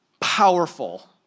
powerful